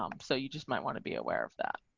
um so you just might want to be aware of that.